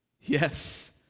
Yes